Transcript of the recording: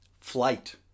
Flight